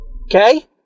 Okay